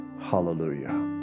Hallelujah